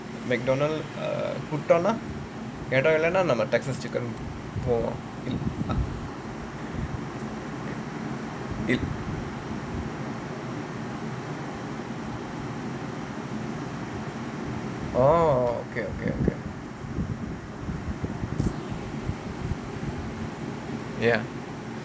McDonald's err Texas Chicken or orh okay okay okay ya